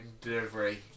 delivery